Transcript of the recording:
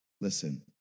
Listen